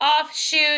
offshoot